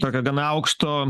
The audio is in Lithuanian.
tokia gana aukšto